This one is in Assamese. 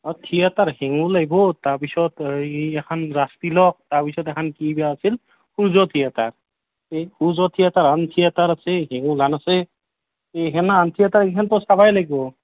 অঁ থিয়েটাৰ হেঙুল আইব তাৰপিছত এই এখন ৰাজতিলক তাৰপিছত এখান কি বা আছিল সূৰ্য থিয়েটাৰ এই সূৰ্য থিয়েটাৰখন থিয়েটাৰ আছে হেঙুলখন আছে এইহেন আন থিয়েটাৰ কেইখনতো চাবই লাগব